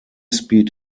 speed